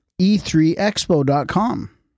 e3expo.com